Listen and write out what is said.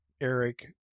Eric